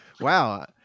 Wow